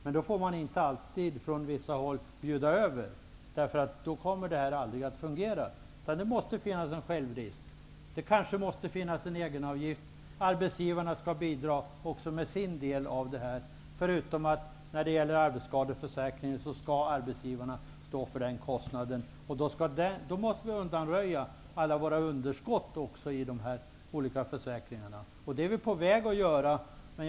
Men det går inte alltid att från vissa håll bjuda över. Då kommer sjukförsäkringssystemet aldrig att fungera. Det måste finnas en självrisk. Det kanske måste finnas en egenavgift. Arbetsgivarna skall bidra med sin del i detta. Arbetsgivaren skall stå för kostnaden i arbetsskadeförsäkringen. Alla de olika underskotten i försäkringarna måste undanröjas. Vi är på väg att göra det.